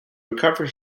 recover